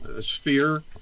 sphere